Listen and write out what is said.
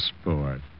sport